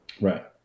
Right